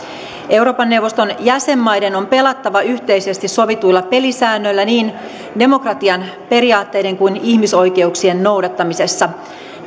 euroopan neuvoston jäsenmaiden on pelattava yhteisesti sovituilla pelisäännöillä niin demokratian periaatteiden kuin ihmisoikeuksien noudattamisessa